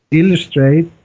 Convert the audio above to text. illustrate